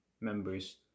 members